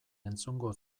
entzungo